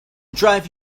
drive